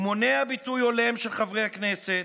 הוא מונע ביטוי הולם של חברי הכנסת,